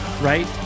right